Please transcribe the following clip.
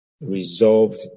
resolved